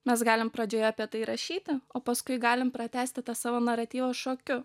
mes galim pradžioje apie tai rašyti o paskui galim pratęsti tą savo naratyvą šokiu